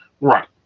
Right